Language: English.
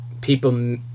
people